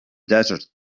desert